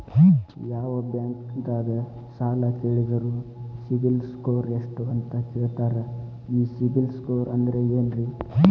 ಯಾವ ಬ್ಯಾಂಕ್ ದಾಗ ಸಾಲ ಕೇಳಿದರು ಸಿಬಿಲ್ ಸ್ಕೋರ್ ಎಷ್ಟು ಅಂತ ಕೇಳತಾರ, ಈ ಸಿಬಿಲ್ ಸ್ಕೋರ್ ಅಂದ್ರೆ ಏನ್ರಿ?